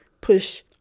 push